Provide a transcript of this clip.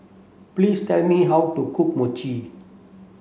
please tell me how to cook Mochi